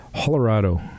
Colorado